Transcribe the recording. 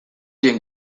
zien